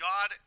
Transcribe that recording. God